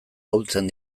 ahultzen